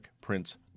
Prince